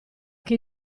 che